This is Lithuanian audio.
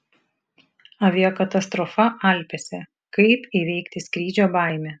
aviakatastrofa alpėse kaip įveikti skrydžio baimę